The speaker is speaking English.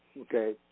Okay